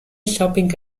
shopping